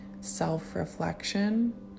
self-reflection